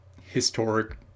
historic